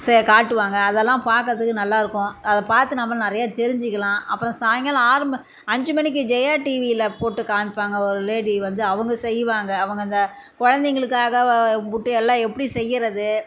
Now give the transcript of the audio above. ச காட்டுவாங்க அதெல்லாம் பார்க்கறத்துக்கு நல்லாயிருக்கும் அதை பார்த்து நம்மளும் நிறையா தெரிஞ்சுக்கலாம் அப்புறம் சாயங்காலம் ஆறு ம அஞ்சு மணிக்கு ஜெயா டிவியில் போட்டு காமிப்பாங்க ஒரு லேடி வந்து அவங்க செய்வாங்க அவங்க இந்த குழந்தைங்களுக்காக புட்டு எல்லாம் எப்படி செய்யுறது